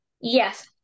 Yes